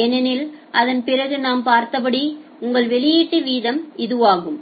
ஏனெனில் அதன் பிறகு நாம் பார்த்தபடி உங்கள் வெளியீட்டு வீதம் இதுவாகும்